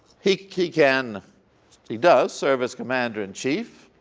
he can he does serve as commander in chief.